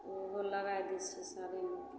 उहो लगाय दै छियै साड़ीमे